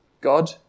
God